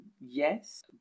yes